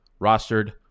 rostered